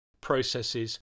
processes